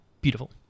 beautiful